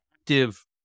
active